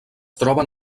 troben